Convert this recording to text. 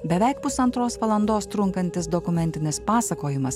beveik pusantros valandos trunkantis dokumentinis pasakojimas